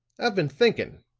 i've been thinking.